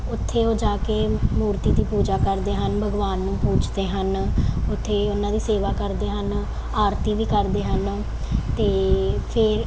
ਉੱਥੇ ਉਹ ਜਾ ਕੇ ਮੂਰਤੀ ਦੀ ਪੂਜਾ ਕਰਦੇ ਹਨ ਭਗਵਾਨ ਨੂੰ ਪੂਜਦੇ ਹਨ ਉੱਥੇ ਉਹਨਾਂ ਦੀ ਸੇਵਾ ਕਰਦੇ ਹਨ ਆਰਤੀ ਵੀ ਕਰਦੇ ਹਨ ਅਤੇ ਫਿਰ